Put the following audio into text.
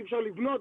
אי אפשר לבנות,